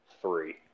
three